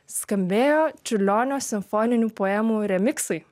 skambėjo čiurlionio simfoninių poemų remiksai